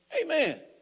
Amen